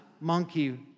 monkey